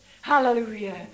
Hallelujah